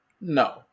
No